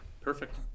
perfect